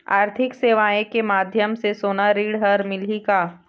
आरथिक सेवाएँ के माध्यम से सोना ऋण हर मिलही का?